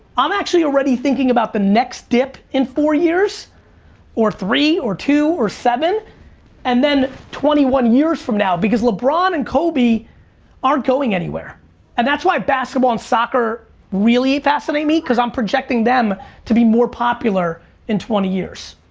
i'm actually already thinking about the next dip in four years or three or two or seven and then twenty one years from now because lebron and kobe aren't going anywhere and that's why basketball and soccer really fascinate me because i'm projecting them to be more popular in twenty years.